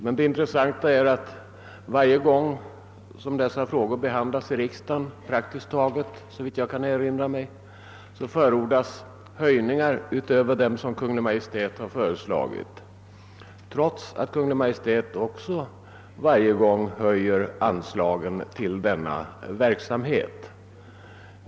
Men det intressanta är att praktiskt taget varje gång som dessa frågor behandlats i riksdagen har, såvitt jag kan erinra mig, förordats höjningar utöver dem som Kungl. Maj:t föreslagit, trots att Kungl. Maj:t också varje gång föreslagit höjda anslag till denna verksamhet.